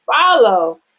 follow